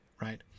right